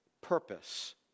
purpose